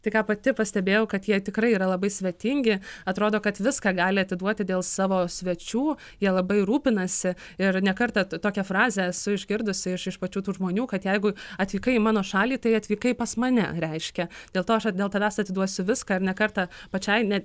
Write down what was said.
tai ką pati pastebėjau kad jie tikrai yra labai svetingi atrodo kad viską gali atiduoti dėl savo svečių jie labai rūpinasi ir ne kartą tokią frazę esu išgirdusi iš iš pačių tų žmonių kad jeigu atvykai į mano šalį tai atvykai pas mane reiškia dėl to aš dėl tavęs atiduosiu viską ir ne kartą pačiai net